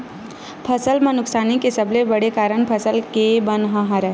फसल म नुकसानी के सबले बड़का कारन फसल के बन ह हरय